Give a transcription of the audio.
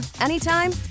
anytime